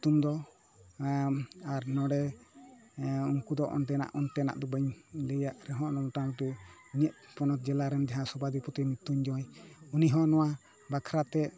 ᱧᱩᱛᱩᱢ ᱫᱚ ᱟᱨ ᱱᱚᱰᱮ ᱩᱱᱠᱩ ᱫᱚ ᱚᱸᱰᱮᱱᱟᱜ ᱚᱱᱛᱮᱱᱟᱜ ᱫᱚ ᱵᱟᱹᱧ ᱞᱟᱹᱭᱟᱜ ᱨᱮᱦᱚᱸ ᱢᱚᱴᱟ ᱢᱩᱴᱤ ᱤᱧᱟᱹᱜ ᱯᱚᱱᱚᱛ ᱡᱮᱞᱟ ᱨᱮᱱ ᱡᱟᱦᱟᱸᱭ ᱥᱚᱵᱷᱟᱫᱷᱤᱯᱚᱛᱤ ᱢᱨᱤᱛᱛᱩᱧᱡᱚᱭ ᱩᱱᱤ ᱦᱚᱸ ᱱᱚᱣᱟ ᱵᱟᱠᱷᱨᱟᱛᱮ